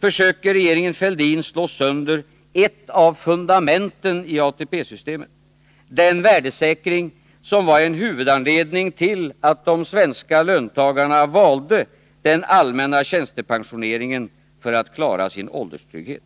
försöker regeringen Fälldin slå sönder ett av fundamenten i ATP-systemet, den värdesäkring som var en huvudanledning till att de svenska löntagarna valde den allmänna tjänstepensioneringen för att klara sin ålderstrygghet.